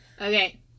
Okay